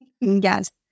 Yes